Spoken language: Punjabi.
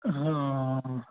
ਹਾਂ